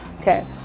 Okay